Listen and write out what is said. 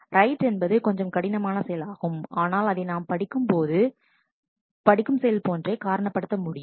right என்பது கொஞ்சம் கடினமான செயலாகும் ஆனால் அதை நாம் படிக்கும் செயல் போன்றே காரணம் படுத்த முடியும்